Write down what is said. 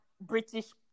British